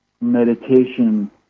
meditation